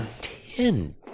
Ten